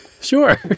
Sure